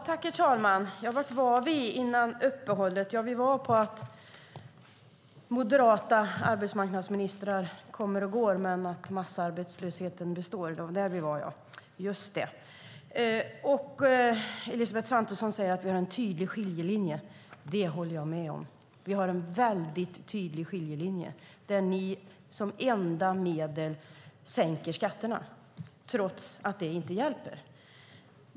Herr talman! Var var vi innan uppehållet? Jo, moderata arbetsmarknadsministrar kommer och går, men massarbetslösheten består. Det var där vi var. Elisabeth Svantesson säger att vi har en tydlig skiljelinje. Det håller jag med om. Vi har en väldigt tydlig skiljelinje där Moderaterna som enda medel sänker skatterna trots att det inte hjälper.